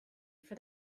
for